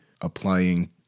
applying